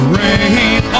rain